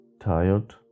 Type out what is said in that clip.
Tired